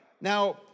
Now